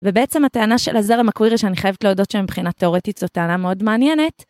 ובעצם הטענה של הזר המקווירי שאני חייבת להודות שמבחינת תאורטית זו טענה מאוד מעניינת.